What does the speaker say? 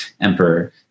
emperor